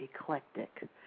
eclectic